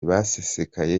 basesekaye